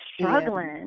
struggling